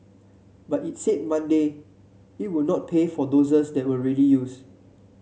but it said Monday it would not pay for doses that were already used